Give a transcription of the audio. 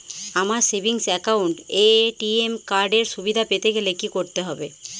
আমার savings account এ ATM card এর সুবিধা পেতে গেলে কি করতে হবে?